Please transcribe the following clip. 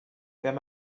wenn